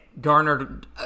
garnered